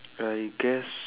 I guess